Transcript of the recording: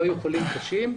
לא היו חולים קשים,